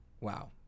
Wow